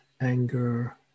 anger